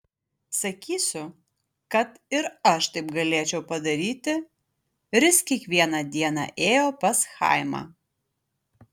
sakysiu kad ir aš taip galėčiau padaryti ris kiekvieną dieną ėjo pas chaimą